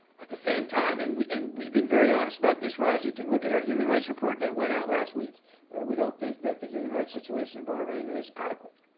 at the same time and and we've been very honest about this, ros you can look at our human rights report that went out last week we don't think that the human rights situation in bahrain is adequate,